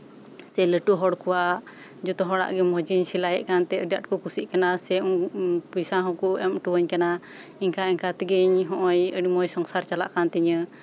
ᱥᱮ ᱞᱟᱹᱴᱩ ᱦᱚᱲ ᱠᱚᱣᱟᱜ ᱡᱚᱛᱚ ᱦᱚᱲ ᱠᱚᱣᱟᱜ ᱜᱮ ᱢᱚᱸᱡᱤᱧ ᱥᱮᱞᱟᱭᱮᱜ ᱠᱟᱱᱛᱮ ᱟᱹᱰᱤ ᱟᱸᱴ ᱠᱚ ᱠᱩᱥᱤᱜ ᱠᱟᱱᱟ ᱥᱮ ᱯᱚᱭᱥᱟ ᱦᱚᱸᱠᱚ ᱮᱢ ᱦᱚᱴᱚ ᱟᱹᱧ ᱠᱟᱱᱟ ᱚᱱᱠᱟ ᱚᱱᱠᱟ ᱛᱮᱜᱮ ᱱᱚᱜ ᱚᱭ ᱟᱹᱰᱤ ᱢᱚᱸᱡ ᱥᱚᱝᱥᱟᱨ ᱪᱟᱞᱟᱜ ᱠᱟᱱ ᱛᱤᱧᱟ